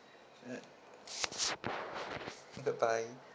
mm bye bye